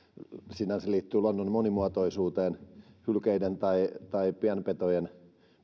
sinänsä liittyy luonnon monimuotoisuuteen hylkeistä tai tai pienpedoista